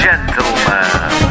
Gentlemen